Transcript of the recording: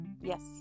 Yes